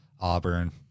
Auburn